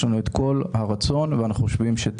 יש לנו את כל הרצון ואנחנו חושבים שאת